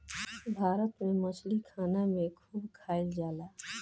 भारत में मछरी खाना में खूब खाएल जाला